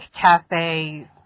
cafe